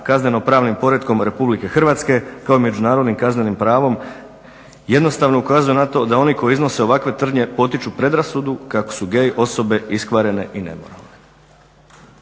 kazneno pravnim poretkom Republike Hrvatske kao i međunarodnim kaznenim pravom jednostavno ukazuje na to da oni koji iznose ovakve tvrdnje potiču predrasudu kako su gay osobe iskvarene i nemoralne.